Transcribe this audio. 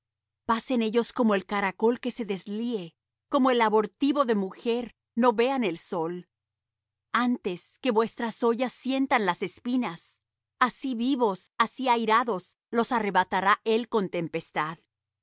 pasen ellos como el caracol que se deslíe como el abortivo de mujer no vean el sol antes que vuestras ollas sientan las espinas así vivos así airados los arrebatará él con tempestad